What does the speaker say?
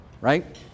right